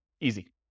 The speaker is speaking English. Easy